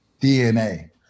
DNA